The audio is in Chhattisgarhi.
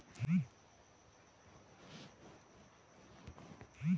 एक दूसर कर देस ले काहीं जाएत कर लेना देना सुग्घर ले होथे ता ओ सउदा हर ओही दिन होथे